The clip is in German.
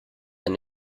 ein